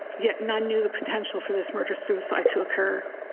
yeah none knew the potential for this murder-suicide to occur.